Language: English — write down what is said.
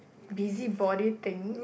busybody thing